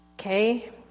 Okay